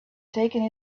taken